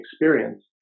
experience